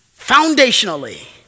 Foundationally